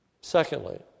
Secondly